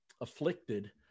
afflicted